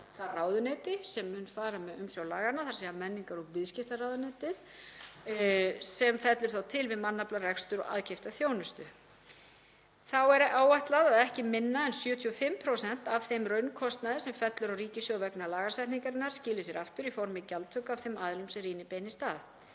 það ráðuneyti sem mun fara með umsjón laganna, þ.e. menningar- og viðskiptaráðuneytið, vegna þess sem fellur til við mannafla, rekstur og aðkeypta þjónustu. Þá er áætlað að ekki minna en 75% af þeim raunkostnaði sem fellur á ríkissjóð vegna lagasetningarinnar skili sér aftur í formi gjaldtöku af þeim aðilum sem rýnin beinist að.